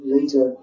Later